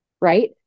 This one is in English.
right